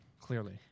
Clearly